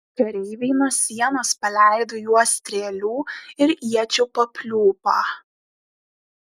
kareiviai nuo sienos paleido į juos strėlių ir iečių papliūpą